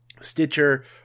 Stitcher